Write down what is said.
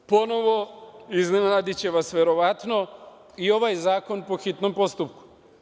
Ponovo, iznenadiće vas verovatano, i ovaj zakon je po hitnom postupku.